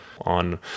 On